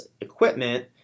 equipment